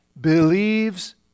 believes